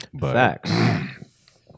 Facts